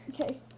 Okay